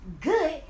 Good